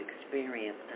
experience